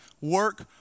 work